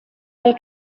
pel